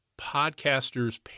Podcaster's